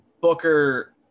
Booker